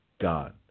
God